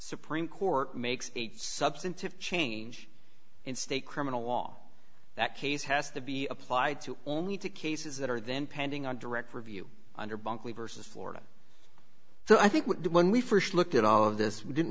supreme court makes a substantive change in state criminal law that case has to be applied to only to cases that are then pending on direct review under bunkley versus florida so i think when we st looked at all of this did